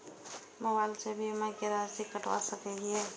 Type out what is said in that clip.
Mobile से बीमा के राशि कटवा सके छिऐ?